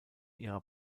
ihrer